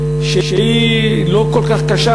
שהיא לא כל כך קשה,